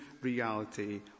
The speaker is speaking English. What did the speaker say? reality